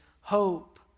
hope